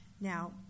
Now